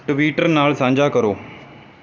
Twitter ਨਾਲ ਸਾਂਝਾ ਕਰੋ